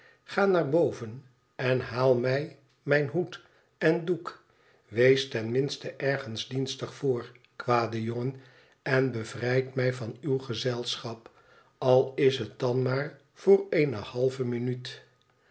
ga naar boven en haal mij mijn hoed en doek wees ten minste ergens dienstig voor kwade jongen en bevrijd mij van uw gezelschap al is het dan maar voor eene halve minuut